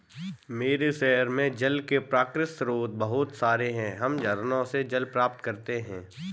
मेरे शहर में जल के प्राकृतिक स्रोत बहुत सारे हैं हम झरनों से जल प्राप्त करते हैं